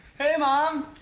hey, mom.